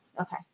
Okay